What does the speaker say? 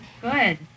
Good